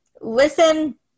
listen